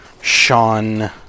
Sean